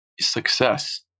success